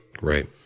right